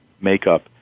makeup